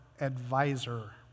advisor